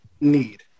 need